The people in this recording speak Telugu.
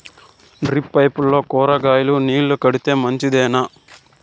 డ్రిప్ పైపుల్లో కూరగాయలు నీళ్లు కడితే మంచిదేనా?